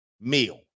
meal